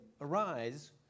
Arise